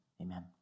amen